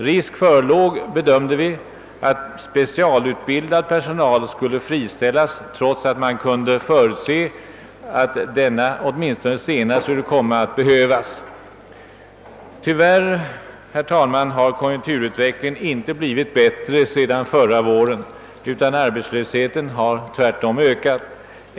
Risk förelåg enligt vår bedömning, att specialutbildad personal skulle friställas, trots att man kunde förutse att den åtminstone senare skulle komma att behövas. Tyvärr har konjunkturutvecklingen inte blivit bättre sedan förra våren utan arbetslösheten har tvärtom ökat.